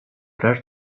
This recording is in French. l’âge